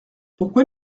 pourquoi